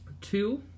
two